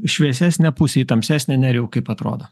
šviesesnę pusę į tamsesnė nerijau kaip atrodo